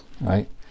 right